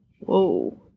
Whoa